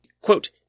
Quote